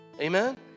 Amen